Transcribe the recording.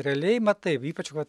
realiai matai ypač vat